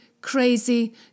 crazy